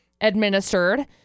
administered